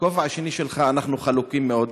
בכובע השני שלך אנחנו חלוקים מאוד,